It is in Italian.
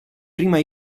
prima